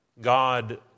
God